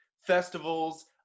festivals